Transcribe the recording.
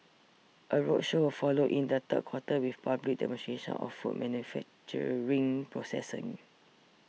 a roadshow will follow in the third quarter with public demonstrations of food manufacturing processing